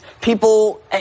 People